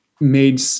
made